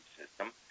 system